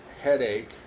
headache